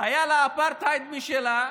היה לה אפרטהייד משלה,